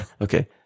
Okay